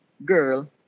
girl